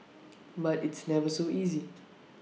but it's never so easy